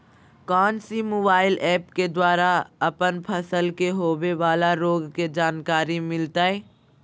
कौन सी mobile app के द्वारा अपन फसल के होबे बाला रोग के जानकारी मिलताय?